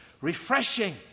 refreshing